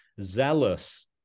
zealous